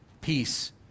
peace